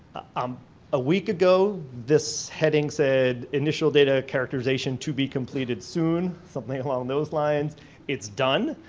um a week ago this heading said initial data characterization to be completed soon something along those lines it's done.